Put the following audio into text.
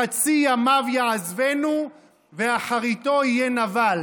בחצי ימו יעזבנו ובאחריתו יהיה נבל".